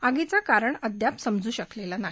आगीचं कारण अद्याप समजू शकलं नाही